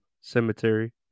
cemetery